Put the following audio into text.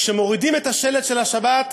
כשמורידים את השלט של השבת,